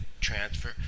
Transfer